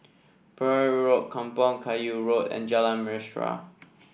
Perahu Road Kampong Kayu Road and Jalan Mesra